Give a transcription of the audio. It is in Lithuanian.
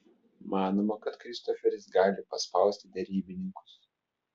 manoma kad kristoferis gali paspausti derybininkus